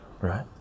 Right